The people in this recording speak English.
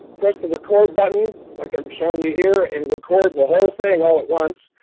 press the record button like i'm showing you here and record the whole thing all at once.